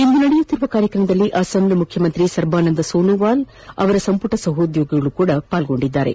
ಇಂದು ನಡೆಯುತ್ತಿರುವ ಕಾರ್ಯಕ್ರಮದಲ್ಲಿ ಅಸ್ಸಾಂ ಮುಖ್ಯಮಂತ್ರಿ ಸರ್ಬಾನಂದಾ ಸೊನೋವಾಲ್ ಅವರ ಸಂಪುಟ ಸಹೋದ್ಯೋಗಿಗಳು ಭಾಗವಹಿಸಿದ್ದಾರೆ